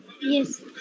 Yes